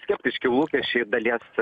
skeptiški lūkesčiai dalies